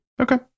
okay